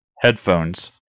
headphones